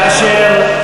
אשר,